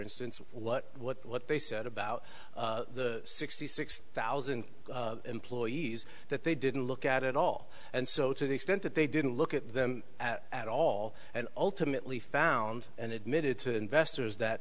instance what what they said about the sixty six thousand employees that they didn't look at at all and so to the extent that they didn't look at them at all and ultimately found and admitted to investors that